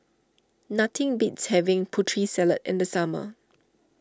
nothing beats having Putri Salad in the summer